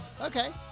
okay